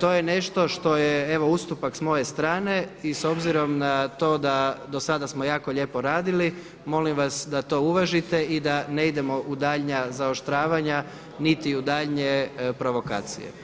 to je nešto što je evo ustupak s moje strane i s obzirom na to da dosada smo jako lijepo radili molim vas da to uvažite i da ne idemo u daljnja zaoštravanja niti u daljnje provokacije.